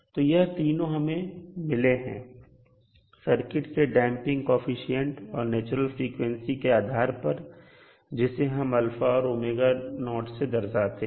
तो यह तीनों हमें मिले हैं सर्किट के डैंपिंग कॉएफिशिएंट और नेचुरल फ्रीक्वेंसी के आधार पर जिसे हम α और से दर्शाते हैं